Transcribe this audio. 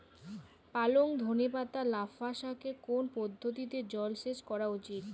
পালং ধনে পাতা লাফা শাকে কোন পদ্ধতিতে জল সেচ করা উচিৎ?